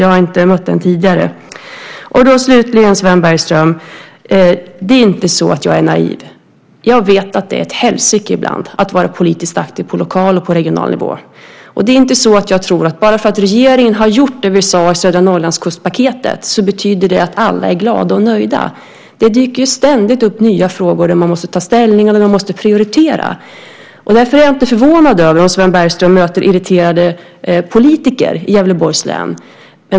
Jag har inte mött den tidigare. Jag är inte naiv, Sven Bergström. Jag vet att det ibland är ett helsike att vara politiskt aktiv på lokal och regional nivå. Jag tror inte att bara för att regeringen har gjort det vi sade i södra Norrlandskustpaketet betyder det att alla är glada och nöjda. Det dyker ständigt upp nya frågor där man måste ta ställning och där man måste prioritera. Därför är jag inte förvånad över om Sven Bergström möter irriterade politiker i Gävleborgs län.